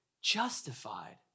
justified